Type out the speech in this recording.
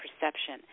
perception